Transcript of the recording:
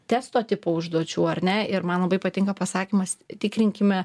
testo tipo užduočių ar ne ir man labai patinka pasakymas tikrinkime